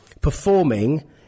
performing